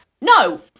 no